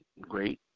great